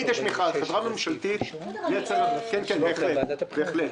כן, בהחלט.